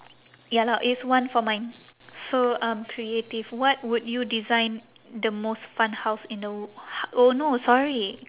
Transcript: ya lah it's one for mine so um creative what would you design the most fun house in the w~ oh no sorry